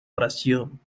oración